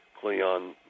Cleon